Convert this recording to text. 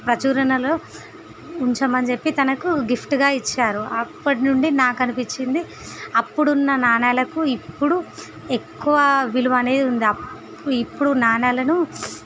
ప్రచురణలో ఉంచమని చెప్పి తనకు గిఫ్ట్గా ఇచ్చారు అప్పటి నుండి నాకు అనిపించింది అప్పుడు ఉన్న నాణ్యాలకు ఇప్పుడు ఎక్కువ విలువ అనేది ఉంది అప్ ఇప్పుడు నాణ్యాలను